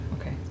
Okay